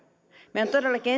meidän todellakin